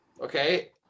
okay